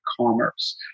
commerce